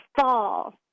fall